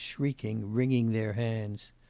shrieking, wringing their hands.